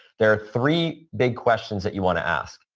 there are three big questions that you want to ask.